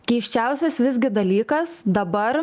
keisčiausias visgi dalykas dabar